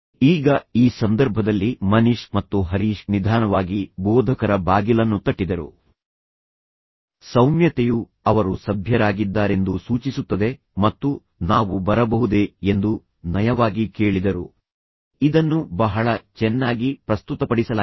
ಈಗ ಈ ಸಂದರ್ಭದಲ್ಲಿ ಮನೀಶ್ ಮತ್ತು ಹರೀಶ್ ನಿಧಾನವಾಗಿ ಬೋಧಕರ ಬಾಗಿಲನ್ನು ತಟ್ಟಿದರು ಸೌಮ್ಯತೆಯು ಅವರು ಸಭ್ಯರಾಗಿದ್ದಾರೆಂದು ಸೂಚಿಸುತ್ತದೆ ಮತ್ತು ನಾವು ಬರಬಹುದೇ ಎಂದು ನಯವಾಗಿ ಕೇಳಿದರು ಇದನ್ನು ಬಹಳ ಚೆನ್ನಾಗಿ ಪ್ರಸ್ತುತಪಡಿಸಲಾಗಿದೆ